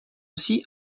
aussi